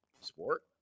Sport